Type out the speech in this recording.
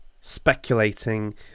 speculating